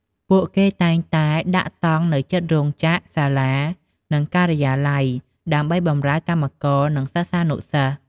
ពួកគេតែងតែដាក់តង់នៅជិតរោងចក្រ សាលា និងការិយាល័យ ដើម្បីបម្រើកម្មករ និងសិស្សានុសិស្ស។